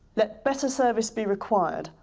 let better service be required,